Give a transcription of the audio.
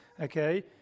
okay